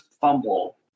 fumble